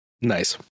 nice